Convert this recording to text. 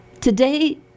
Today